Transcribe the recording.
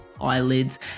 eyelids